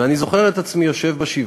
ואני זוכר את עצמי יושב בשבעה,